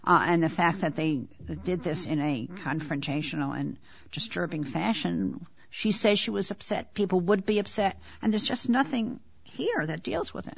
and the fact that they did this in a confrontational and just dripping fashion she says she was upset people would be upset and there's just nothing here that deals with it